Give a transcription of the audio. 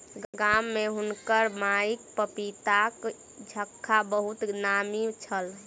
गाम में हुनकर माईक पपीताक झक्खा बहुत नामी छल